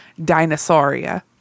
Dinosauria